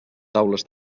taules